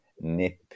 nip